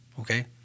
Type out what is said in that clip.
Okay